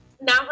Now